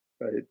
right